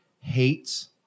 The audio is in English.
hates